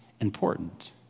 important